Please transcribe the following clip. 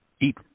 eat